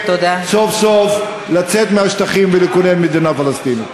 סוף-סוף לצאת מהשטחים ולכונן מדינה פלסטינית.